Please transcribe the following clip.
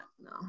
No